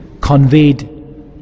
conveyed